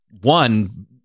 one